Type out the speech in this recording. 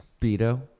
Speedo